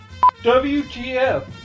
WTF